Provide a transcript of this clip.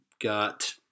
got